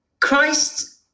Christ